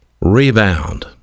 rebound